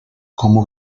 como